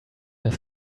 das